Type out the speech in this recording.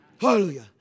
Hallelujah